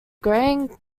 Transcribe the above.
grand